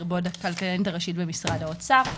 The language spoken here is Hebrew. לרבות הלכלכנית הראשית במשרד האוצר.